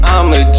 I'ma